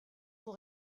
vos